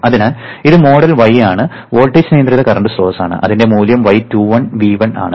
അതിനാൽ ഇത് model y ആണ് വോൾട്ടേജ് നിയന്ത്രിത കറന്റ് സ്രോതസ്സാണ് അതിന്റെ മൂല്യം y21 V1 ആണ്